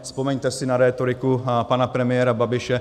Vzpomeňte si na rétoriku pana premiéra Babiše.